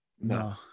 No